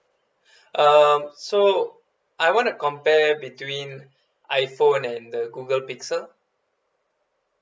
uh so I want compare between iphone and the google pixel